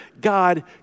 God